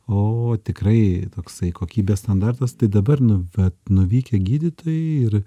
ooo tikrai toksai kokybės standartas tai dabar nu vat nuvykę gydytojai ir